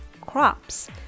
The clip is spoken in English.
crops